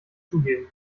zugeben